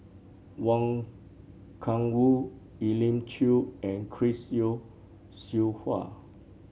Wang Gungwu Elim Chew and Chris Yeo Siew Hua